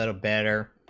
ah better